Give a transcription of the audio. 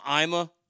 Ima